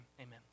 Amen